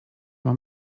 mam